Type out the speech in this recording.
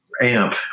amp